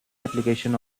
application